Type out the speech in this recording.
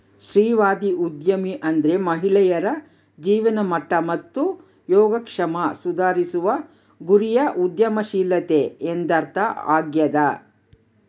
ಸ್ತ್ರೀವಾದಿ ಉದ್ಯಮಿ ಅಂದ್ರೆ ಮಹಿಳೆಯರ ಜೀವನಮಟ್ಟ ಮತ್ತು ಯೋಗಕ್ಷೇಮ ಸುಧಾರಿಸುವ ಗುರಿಯ ಉದ್ಯಮಶೀಲತೆ ಎಂದರ್ಥ ಆಗ್ಯಾದ